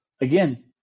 Again